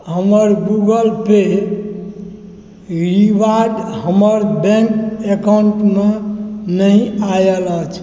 हमर Google Pay reward हमर bank account मे नहि आयल अछि